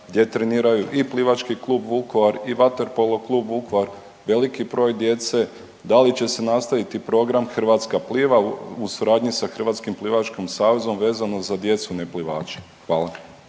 gdje treniraju i Plivački klub Vukovar i vaterpolo klub Vukovar, veliki broj djece da li će se nastaviti program Hrvatska pliva u suradnji sa Hrvatskim plivačkim savezom vezano za djecu neplivače? Hvala.